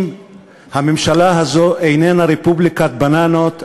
אם הממשלה הזו איננה רפובליקת בננות,